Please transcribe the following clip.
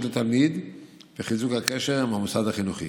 לתלמיד וחיזוק הקשר עם המוסד החינוכי.